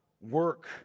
work